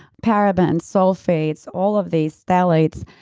parabens, sulfates, all of these, phthalates,